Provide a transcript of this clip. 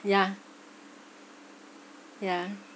yeah yeah